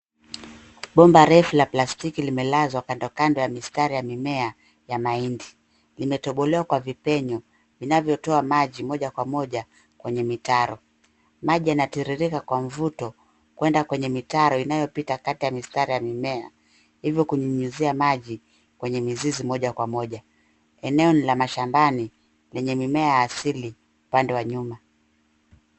Bomba refu la plastiki limelazwa kandokando ya mistari ya mimea ya maindi. Limetoboleo kwa vipenyo, vinavyo toa maji moja kwa moja kwenye mitaro. Maji yanatiririka kwa mvuto kuenda kwenye mitaro inayo pita kata ya mistari ya mimea. Hivyo kunyinyuzia maji kwenye mizizi moja kwa moja. Eneo ni la mashambani lenye mimea asili pande wa nyuma.